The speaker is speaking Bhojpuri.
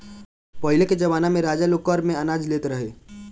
पहिले के जमाना में राजा लोग कर में अनाज लेत रहे